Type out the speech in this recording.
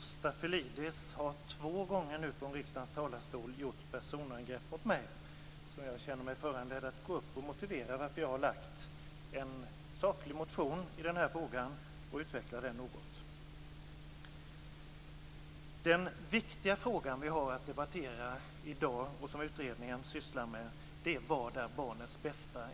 Stafilidis har nu två gånger från riksdagens talarstol riktat personangrepp mot mig. Jag känner mig därför föranledd att motivera varför jag har väckt en saklig motion i den här frågan och att utveckla den något. Den viktiga fråga som vi har att debattera i dag och som utredningen sysslar med är: Vad är barnets bästa?